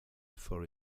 for